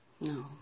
no